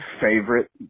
favorite